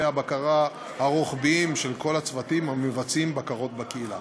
הבקרה הרוחביים של כל הצוותים המבצעים בקרות בקהילה.